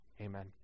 Amen